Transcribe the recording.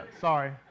Sorry